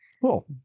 Cool